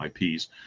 IPs